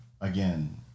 again